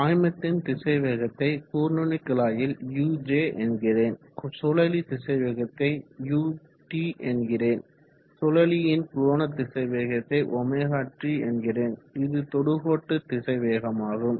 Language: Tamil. பாய்மத்தின் திசைவேகத்தை கூர்நுனிக்குழாயில் uj என்கிறேன் சுழலி திசைவேகத்தை ut என்கிறேன் சுழலியின் கோணத்திசைவேகத்தை ωt என்கிறேன் இது தொடுகோட்டு திசைவேகமாகும்